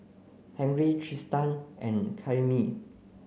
Henry Tristan and Karyme